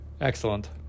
Excellent